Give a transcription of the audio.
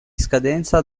scadenza